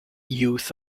youth